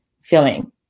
feeling